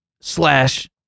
slash